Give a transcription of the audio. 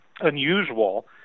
unusual